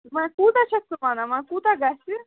وۄنۍ کوٗتاہ چھَکھ ژٕ وَنان وۄنۍ کوٗتاہ گژھِ